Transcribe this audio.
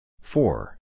Four